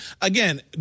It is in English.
again